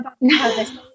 no